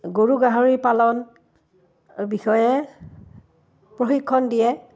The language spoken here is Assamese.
গৰু গাহৰি পালন বিষয়ে প্ৰশিক্ষণ দিয়ে